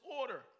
order